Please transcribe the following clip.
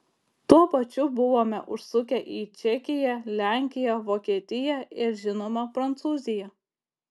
tuo pačiu buvome užsukę į čekiją lenkiją vokietiją ir žinoma prancūziją